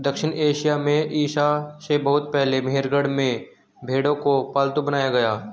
दक्षिण एशिया में ईसा से बहुत पहले मेहरगढ़ में भेंड़ों को पालतू बनाया गया